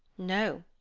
no,